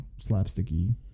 slapsticky